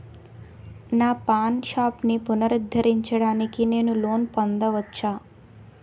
నా పాన్ షాప్ని పునరుద్ధరించడానికి నేను లోన్ పొందవచ్చా?